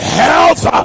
health